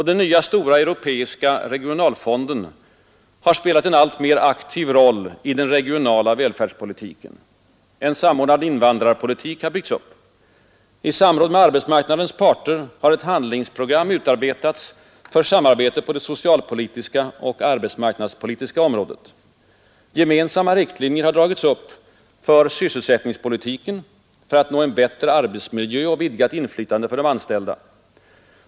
Den nya stora europeiska regionalfonden har spelat en alltmer aktiv roll i den regionala välfärdspolitiken. En samordnad invandrarpolitik har byggts upp. I samråd med arbetsmarknadens parter har ett handlingsprogram utarbetats för samarbete på det socialpolitiska och arbetsmarknadspolitiska området. Gemensamma riktlinjer har dragits upp för sysselsättningspolitiken för att nå en bättre arbetsmiljö och vidgat inflytande för de anställda.